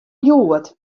hjoed